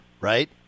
right